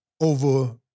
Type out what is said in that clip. Over